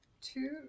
two-